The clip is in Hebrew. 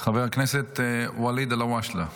חבר הכנסת ואליד אלהואשלה.